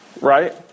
right